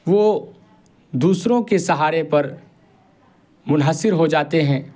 وہ دوسروں کے سہارے پر منحصر ہو جاتے ہیں